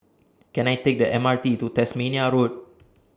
Can I Take The M R T to Tasmania Road